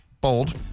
bold